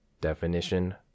definition